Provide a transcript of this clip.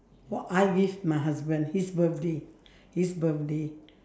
orh I give my husband his birthday his birthday